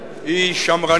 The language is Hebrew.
היא שמרנית,